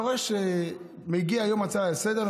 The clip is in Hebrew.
אתה רואה שמגיע יום ההצעה לסדר-היום,